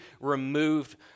removed